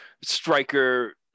striker